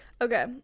Okay